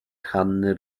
hanny